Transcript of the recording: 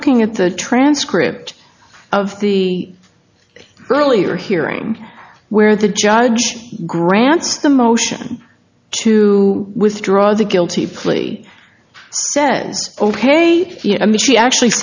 looking at the transcript of the earlier hearing where the judge grants the motion to withdraw the guilty plea says ok i mean she actually